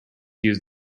used